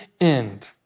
end